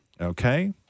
Okay